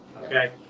Okay